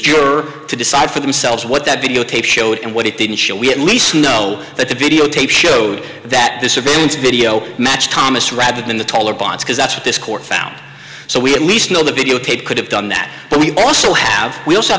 juror to decide for themselves what that videotape showed and what it didn't show we had lisa know that the videotape showed that the surveillance video matched thomas rather than the taller bond because that's what this court found so we at least know the videotape could have done that but we also have w